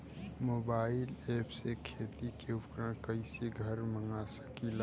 Mobile ऐपसे खेती के उपकरण कइसे घर मगा सकीला?